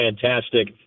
fantastic